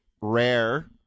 rare